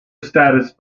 status